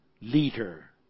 leader